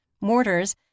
mortars